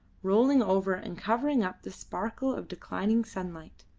rolling over and covering up the sparkle of declining sunlight.